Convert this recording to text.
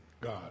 God